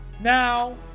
Now